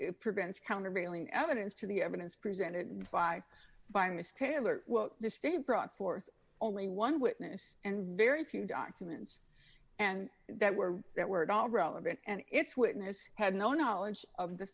prevents countervailing evidence to the evidence presented by by ms taylor the state brought forth only one witness and very few documents and that were that were at all relevant and its witness had no knowledge of the